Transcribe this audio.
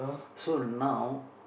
so now